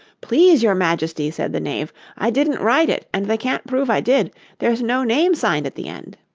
please your majesty said the knave, i didn't write it, and they can't prove i did there's no name signed at the end